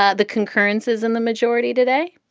ah the concurrences and the majority today?